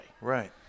Right